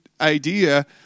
idea